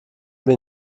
wir